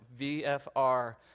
vfr